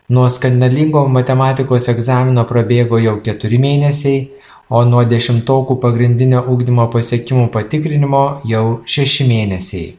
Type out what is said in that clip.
nuo skandalingo matematikos egzamino prabėgo jau keturi mėnesiai o nuo dešimtokų pagrindinio ugdymo pasiekimų patikrinimo jau šeši mėnesiai